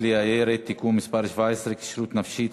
כלי הירייה (תיקון מס' 17) (כשירות נפשית),